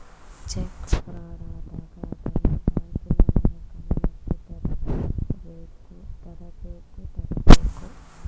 check fraud ಆದಾಗ ಅದನ್ನು ಬ್ಯಾಂಕಿನವರ ಗಮನಕ್ಕೆ ತರಬೇಕು ತರಬೇಕು ತರಬೇಕು